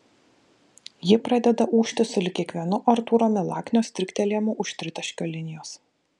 ji pradeda ūžti sulig kiekvienu artūro milaknio striktelėjimu už tritaškio linijos